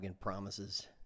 promises